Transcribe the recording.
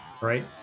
right